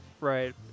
right